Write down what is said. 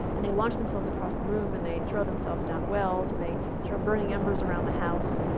and they launch themselves across the room, and they throw themselves down wells, and they throw burning embers around the house.